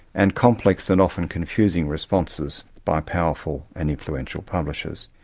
and complex and often confusing responses by powerful and influential publishers.